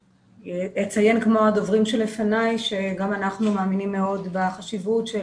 אציין כמו הדוברים שלפניי שגם אנחנו מאמינים מאוד בחשיבות של